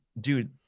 dude